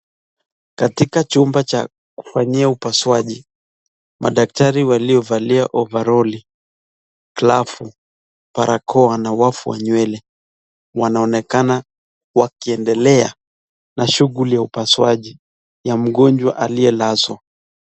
Katika chumba cha kufanyia upasuaji, madaktari waliovalia ovaroli, glavu, barakoa na wafu wa nywele, wanaonekana wakiendelea na shughuli ya upasuaji ya mgonjwa aliyelazwa.